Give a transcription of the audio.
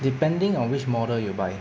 depending on which model you buy